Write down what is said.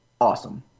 awesome